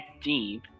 deep